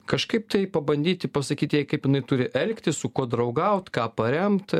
kažkaip tai pabandyti pasakyti jai kaip jinai turi elgtis su kuo draugaut ką paremt